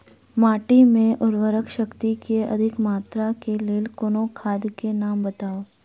माटि मे उर्वरक शक्ति केँ अधिक मात्रा केँ लेल कोनो खाद केँ नाम बताऊ?